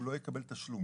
הוא לא יקבל תשלום.